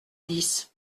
dix